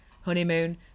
honeymoon